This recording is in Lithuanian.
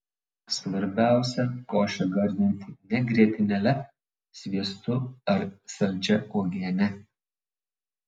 svarbiausia košę gardinti ne grietinėle sviestu ar saldžia uogiene